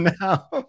now